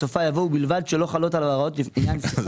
בסופה יבוא "ובלבד שלא חלות עליו ההוראות לעניין סכום